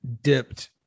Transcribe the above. Dipped